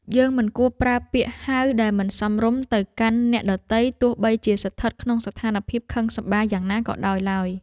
យើងមិនគួរប្រើពាក្យហៅដែលមិនសមរម្យទៅកាន់អ្នកដទៃទោះបីជាស្ថិតក្នុងស្ថានភាពខឹងសម្បារយ៉ាងណាក៏ដោយឡើយ។